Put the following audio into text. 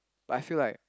but I feel like